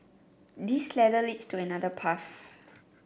this ladder leads to another path